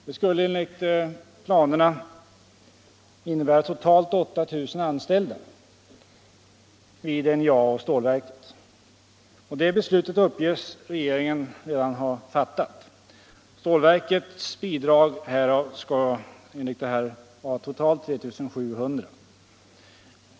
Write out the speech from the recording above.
Det skulle enligt planerna innebära totalt 8 000 anställda vid NJA och stålverket. Det beslutet uppges regeringen redan ha fattat, och stålverkets bidrag skulle vara totalt 3 700.